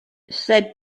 c’est